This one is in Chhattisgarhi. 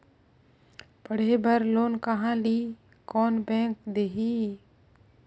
पढ़े बर लोन कहा ली? कोन बैंक देही?